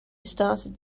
started